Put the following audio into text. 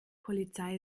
polizei